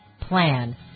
plan